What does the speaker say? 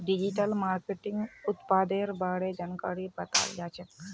digital मार्केटिंगत उत्पादेर बारे जानकारी बताल जाछेक